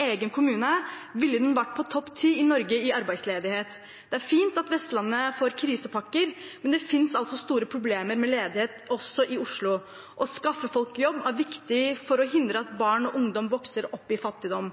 egen kommune, ville den vært på topp ti over arbeidsledighet. Det er fint at Vestlandet får krisepakker, men det finnes altså store problemer med ledighet også i Oslo. Å skaffe folk jobb er viktig for å hindre at barn og ungdom vokser opp i fattigdom,